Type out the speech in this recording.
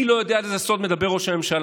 אני לא יודע על איזה סוד מדבר ראש הממשלה.